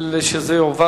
כדי שזה יועבר